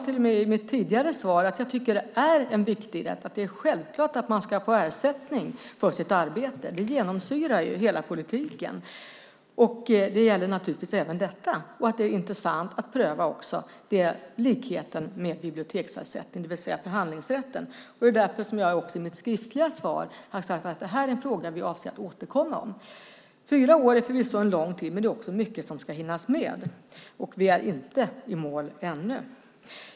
I mitt förra inlägg sade jag att det är självklart att man ska få ersättning för sitt arbete. Det genomsyrar hela politiken, och det gäller naturligtvis även detta. Det är intressant att också pröva likheten med biblioteksersättningen, det vill säga förhandlingsrätten. Det var därför som jag också i mitt skriftliga svar angav att detta är en fråga som vi avser att återkomma i. Fyra år är förvisso en lång tid, men det är också mycket som ska hinnas med. Vi är inte i mål än.